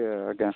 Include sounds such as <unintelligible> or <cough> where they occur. <unintelligible>